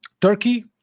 Turkey